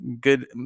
good